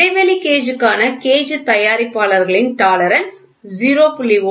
இடைவெளி கேஜ் க்கான கேஜ் தயாரிப்பாளர்கள் டாலரன்ஸ் 0